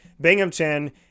Binghamton